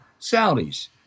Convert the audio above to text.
Saudis